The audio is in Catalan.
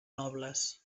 nobles